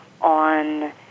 on